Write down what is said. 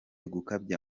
gukabya